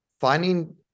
finding